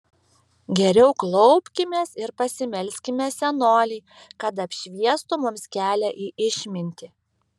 geriau klaupkimės ir pasimelskime senolei kad apšviestų mums kelią į išmintį